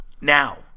now